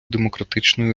демократичної